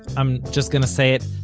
i'm just gonna say it,